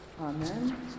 Amen